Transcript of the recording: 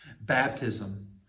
Baptism